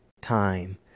time